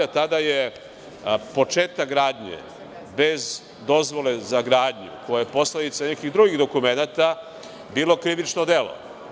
Tada je početak gradnje bez dozvole za gradnju koja je posledica nekih drugih dokumenata bilo krivično delo.